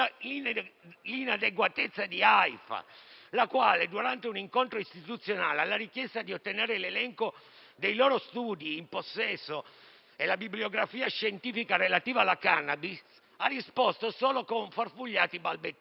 del farmaco (AIFA), la quale, durante un incontro istituzionale, alla richiesta di ottenere l'elenco dei loro studi in possesso e la bibliografia scientifica relativa alla *cannabis*, ha risposto solo con farfugliati balbettii.